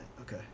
Okay